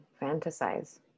fantasize